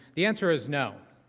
the answer is no.